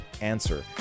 answer